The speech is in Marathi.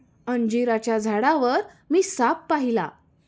अंजिराच्या झाडावर मी साप पाहिला